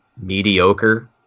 mediocre